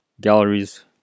galleries